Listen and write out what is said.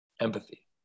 empathy